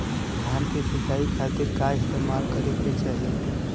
धान के सिंचाई खाती का इस्तेमाल करे के चाही?